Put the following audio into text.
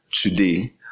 Today